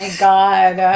ah god,